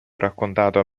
raccontato